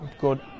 Good